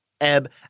Ebb